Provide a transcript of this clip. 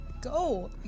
go